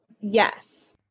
Yes